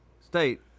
State